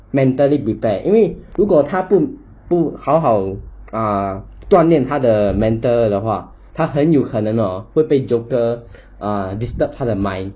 mentally prepare 因为如果他不不好好 uh 锻炼他的 mental 的话它很有可能 oh 会被 joker err disturb 他的 mind